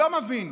לא מבין.